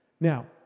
Now